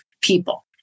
people